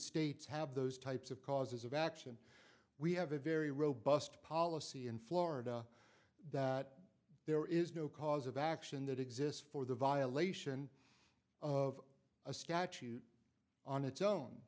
states have those types of causes of action we have a very robust policy in florida that there is no cause of action that exists for the violation of a statute on its own